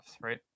right